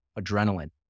adrenaline